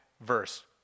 verse